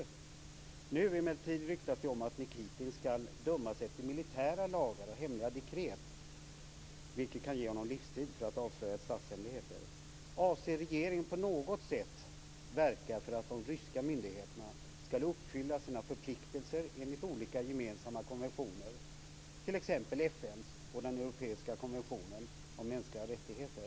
Nu ryktas det emellertid om att Nikitin skall dömas efter militära lagar och hemliga dekret, vilket kan ge honom livstidsstraff för att ha avslöjat statshemligheter. Avser regeringen att på något sätt verka för att de ryska myndigheterna skall uppfylla sina förpliktelser enligt olika gemensamma konventioner, t.ex. FN:s men även den europeiska konventionen om mänskliga rättigheter?